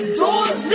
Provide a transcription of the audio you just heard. doors